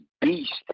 Beast